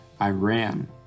Iran